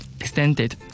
extended